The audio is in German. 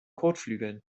kotflügeln